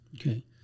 okay